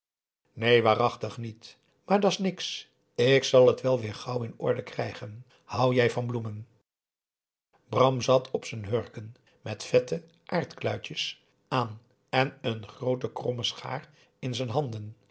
neen waarachtig niet maar da's niks ik zal het wel weer gauw in orde krijgen hou jij van bloemen bram zat op z'n hurken met vette aardkluitjes aan en een groote kromme schaar in z'n handen